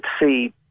see